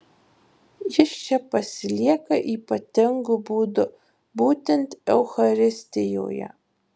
jis čia pasilieka ypatingu būdu būtent eucharistijoje